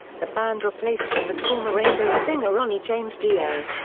the band replaced him with former rainbow singer ronnie james dio.